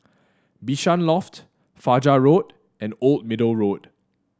Bishan Loft Fajar Road and Old Middle Road